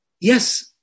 Yes